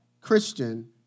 Christian